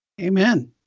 Amen